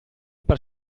per